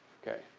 ok.